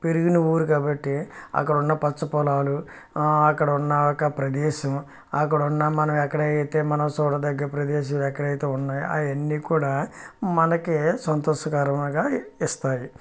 పెరిగిన ఊరు కాబట్టి అక్కడ ఉన్న పచ్చ పొలాలు అక్కడ ఉన్న ఆ యొక ప్రదేశం అక్కడ ఉన్న మనం ఎక్కడ అయితే మనం చూడదగ్గ ప్రదేశం ఎక్కడ అయితే ఉన్నాయో అవి అన్నీ కూడా మనకు సంతోషకరంగా ఇస్తాయి